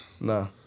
No